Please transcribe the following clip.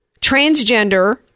transgender